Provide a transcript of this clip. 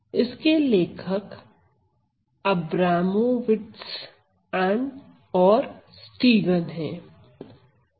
इसके लेखक Abramowitz और Stegan है